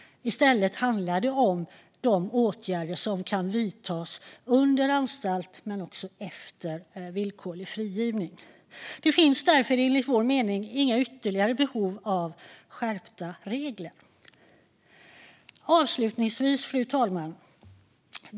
I stället handlar det om de åtgärder som kan vidtas under tiden på anstalt och efter villkorlig frigivning. Det finns därför, enligt vår mening, inga ytterligare behov av skärpta regler. Fru talman!